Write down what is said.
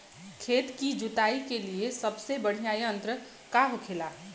खेत की जुताई के लिए सबसे बढ़ियां यंत्र का होखेला?